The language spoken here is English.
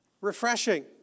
refreshing